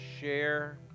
share